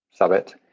subit